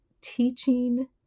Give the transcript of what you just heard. teaching